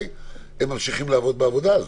הם ממשיכים לעבוד בעבודה הזאת.